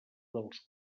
dels